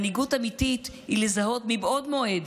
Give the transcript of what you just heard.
מנהיגות אמיתית היא לזהות מבעוד מועד